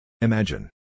Imagine